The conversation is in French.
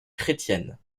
chrétienne